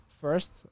first